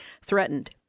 threatened